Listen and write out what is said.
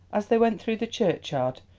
as they went through the churchyard,